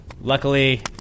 Luckily